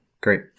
great